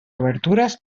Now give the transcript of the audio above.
obertures